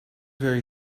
very